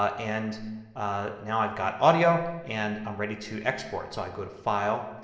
ah and ah now i've got audio and i'm ready to export. so i go to file,